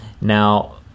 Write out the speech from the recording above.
Now